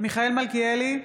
מיכאל מלכיאלי,